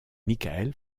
michael